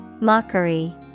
Mockery